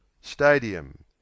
Stadium